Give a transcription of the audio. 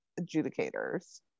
adjudicators